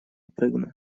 прыгну